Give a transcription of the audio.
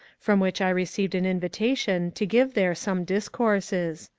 from which i received an invitation to give there some discourses.